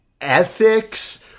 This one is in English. ethics